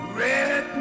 red